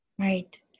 Right